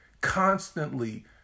constantly